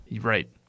Right